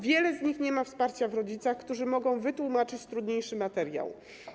Wiele z nich nie ma wsparcia w rodzicach, którzy mogliby wytłumaczyć trudniejszy materiał.